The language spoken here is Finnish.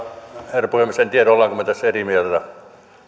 herra puhemies en tiedä olemmeko me tässä eri mieltä